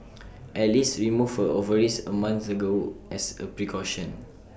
alice removed her ovaries A month ago as A precaution